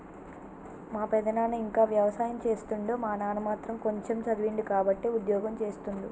మా పెదనాన ఇంకా వ్యవసాయం చేస్తుండు మా నాన్న మాత్రం కొంచెమ్ చదివిండు కాబట్టే ఉద్యోగం చేస్తుండు